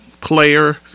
player